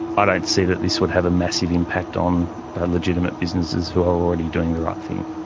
i don't see that this would have a massive impact on legitimate businesses who are already doing the right thing.